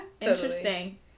interesting